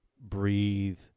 breathe